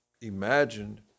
imagined